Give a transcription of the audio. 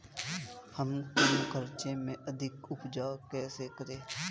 हम कम खर्च में अधिक उपज कैसे करें?